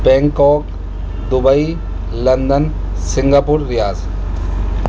Bangkok Dubai London Singapore Riyadh